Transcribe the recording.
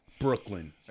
brooklyn